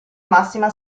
massima